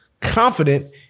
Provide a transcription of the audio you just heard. confident